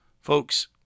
Folks